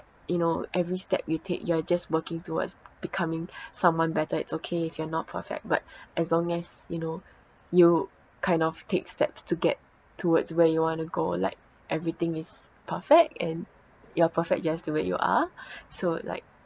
you know every step you take you're just working towards becoming someone better it's okay if you're not perfect but as long as you know you kind of take steps to get towards where you wanna go like everything is perfect and you're perfect just the way you are so like